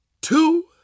two